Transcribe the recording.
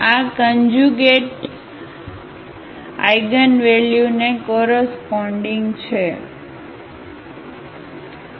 આ conjugate eigenvalue ને કોરસપોન્ડીગછે